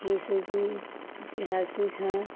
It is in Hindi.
जैसे कि ऐतिहासिक हैं